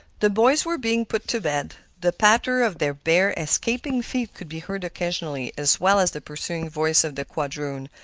the boys were being put to bed the patter of their bare, escaping feet could be heard occasionally, as well as the pursuing voice of the quadroon,